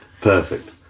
Perfect